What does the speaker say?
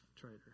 trader